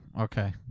okay